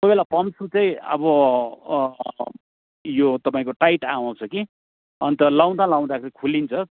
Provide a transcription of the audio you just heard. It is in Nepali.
कोही बेला पम्प सु चाहिँ अब यो तपाईँको टाइट आउँछ कि अन्त लगाउँदा लगाउँदाखेरि खोलिन्छ